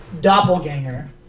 Doppelganger